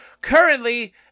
Currently